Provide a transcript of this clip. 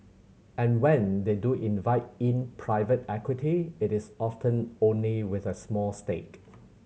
and when they do invite in private equity it is often only with a small stake